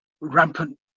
rampant